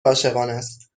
عاشقانست